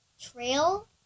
Trail